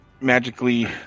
magically